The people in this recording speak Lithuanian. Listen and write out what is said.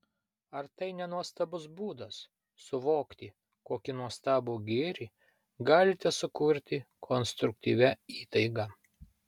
ar tai ne nuostabus būdas suvokti kokį nuostabų gėrį galite sukurti konstruktyvia įtaiga